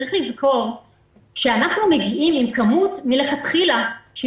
צריך לזכור שאנחנו מגיעים עם כמות מעצרים מצומצמת מלכתחילה.